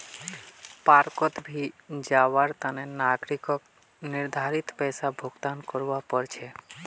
पार्कोंत भी जवार तने नागरिकक निर्धारित पैसा भुक्तान करवा पड़ छे